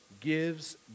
gives